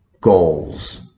goals